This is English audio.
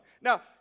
Now